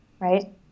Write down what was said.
Right